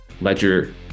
ledger